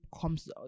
comes